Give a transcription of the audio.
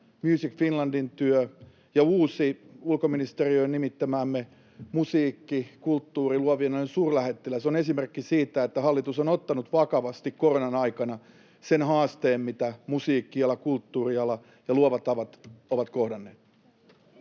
Music Finlandin työ ja uusi ulkoministeriöön nimittämämme musiikin, kulttuurin, luovien alojen suurlähettiläs ovat esimerkkejä siitä, että hallitus on ottanut vakavasti koronan aikana sen haasteen, mitä musiikkiala, kulttuuriala ja luovat alat ovat kohdanneet.